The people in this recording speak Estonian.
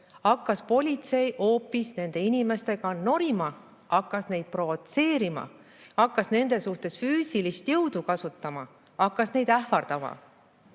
ka rõhutasite, hoopis nende inimestega norima, hakkas neid provotseerima, hakkas nende suhtes füüsilist jõudu kasutama, hakkas neid ähvardama. Politsei